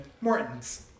Morton's